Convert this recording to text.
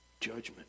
Judgment